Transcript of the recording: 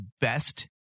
best